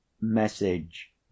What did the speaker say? message